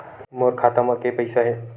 मोर खाता म के पईसा हे?